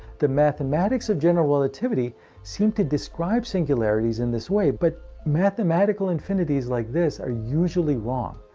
the mathematics of general relativity seem to describe singularities and this way, but mathematical infinities like this are usually wrong,